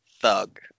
thug